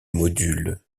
module